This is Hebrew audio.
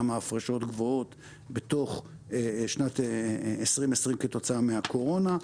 מהפרשות גבוהות בתוך שנת 2020 כתוצאה מהקורונה.